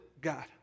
God